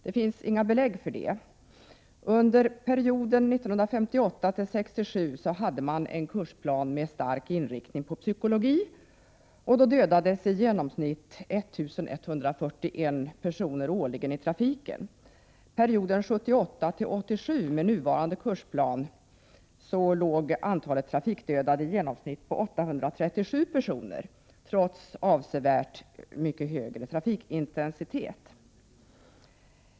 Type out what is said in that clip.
Det finns inga belägg för det. Under perioden 1958-1967 hade man en kursplan med stark inriktning på psykologi, och under den perioden dödades i genomsnitt 1 141 personer årligen i trafiken. Under perioden 1978-1987 med nuvarande kursplan låg antalet trafikdödade i genomsnitt på 837 personer, trots en avsevärt mycket högre trafikintensitet.